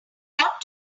ought